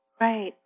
Right